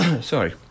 sorry